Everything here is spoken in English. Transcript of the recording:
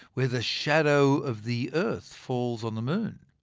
where the shadow of the earth falls on the moon?